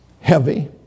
heavy